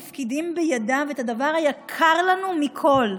מפקידים בידיו את הדבר היקר לנו מכול,